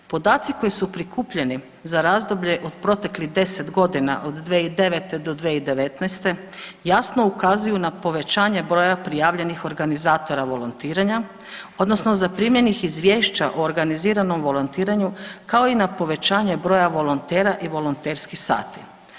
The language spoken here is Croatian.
Podaci koji su prikupljeni za razdoblje od proteklih 10 godina od 2009. do 2019. jasno ukazuju na povećanje broja prijavljenih organizatora volontiranja odnosno zaprimljenih izvješća o organiziranom volontiranju kao i na povećanje broja volontera i volonterskih sati.